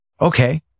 Okay